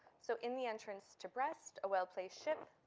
so in the entrance to brest, a well-placed ship,